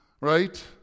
right